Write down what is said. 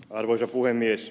arvoisa puhemies